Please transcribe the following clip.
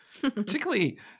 Particularly